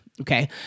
okay